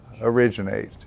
originate